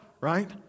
right